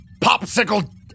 popsicle